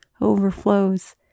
overflows